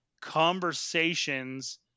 conversations